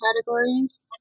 categories